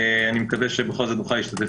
אני מקווה שבכל זאת אצליח להשתתף